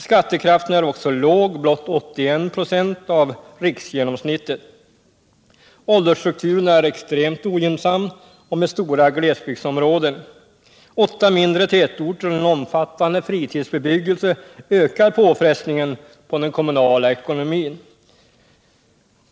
Skattekraften är också låg, blott 81 96 av riksgenomsnittet. Åldersstrukturen är extremt ogynnsam, och det finns stora glesbygdsområden. Åtta mindre tätorter och en omfattande fritidsbebyggelse ökar påfrestningen på den kommunala ekonomin.